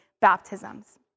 baptisms